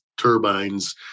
turbines